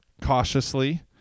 cautiously